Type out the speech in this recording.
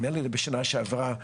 נדמה לי בשנה שעברה,